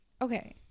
Okay